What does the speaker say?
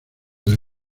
del